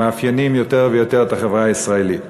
שמאפיינות יותר ויותר את החברה הישראלית.